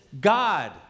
god